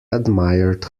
admired